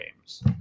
games